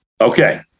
Okay